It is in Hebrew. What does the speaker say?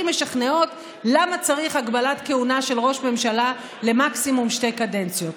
משכנעות ללמה צריך הגבלת כהונה של ראש ממשלה למקסימום שתי קדנציות.